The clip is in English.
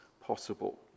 possible